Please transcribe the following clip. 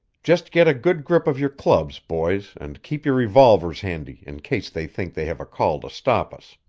just get a good grip of your clubs, boys, and keep your revolvers handy in case they think they have a call to stop us.